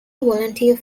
volunteer